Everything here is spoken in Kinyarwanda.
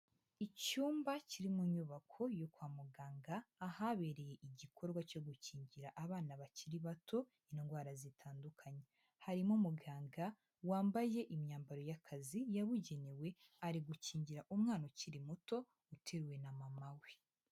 Icyumba kiri mu nyubako yo kwa muganga ahabereye igikorwa cyo gukingira abana bakiri bato indwara zitandukanye, harimo umuganga wambaye imyambaro y'akazi yabugenewe ari gukingira umwana ukiri muto uteruwe na mama we.